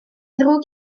ddrwg